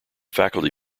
faculty